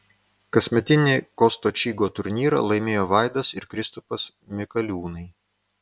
kasmetinį kosto čygo turnyrą laimėjo vaidas ir kristupas mikaliūnai